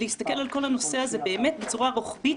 להסתכל על כל הנושא הזה באמת בצורה רוחבית